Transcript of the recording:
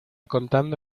contando